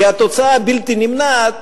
כי התוצאה הבלתי-נמנעת,